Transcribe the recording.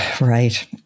Right